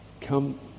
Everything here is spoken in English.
come